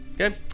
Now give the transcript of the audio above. Okay